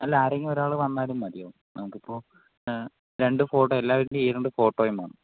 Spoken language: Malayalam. അല്ല ആരെങ്കിലും ഒരാൾ വന്നാലും മതിയാകും നമ്മുക്കിപ്പോൾ രണ്ടുഫോട്ടോ എല്ലാവരുടെയും ഈ രണ്ടു ഫോട്ടോയും വേണം